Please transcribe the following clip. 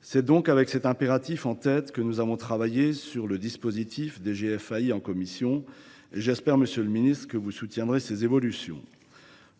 C’est donc avec cet impératif en tête que nous avons travaillé sur le dispositif des GFAI en commission. J’espère, monsieur le ministre, que vous soutiendrez ces évolutions.